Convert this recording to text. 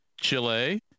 Chile